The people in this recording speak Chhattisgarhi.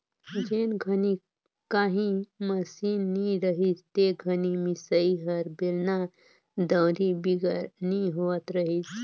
जेन घनी काही मसीन नी रहिस ते घनी मिसई हर बेलना, दउंरी बिगर नी होवत रहिस